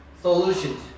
solutions